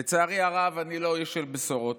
לצערי הרב, אני לא איש של בשורות.